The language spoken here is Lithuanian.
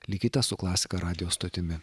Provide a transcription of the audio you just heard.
likite su klasika radijo stotimi